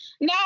No